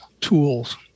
tools